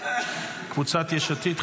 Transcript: קבוצת יש עתיד.